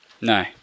No